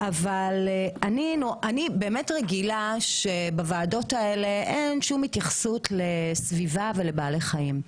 אני באמת רגילה שבוועדות האלה אין שום התייחסות לסביבה ולבעלי חיים,